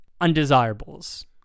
undesirables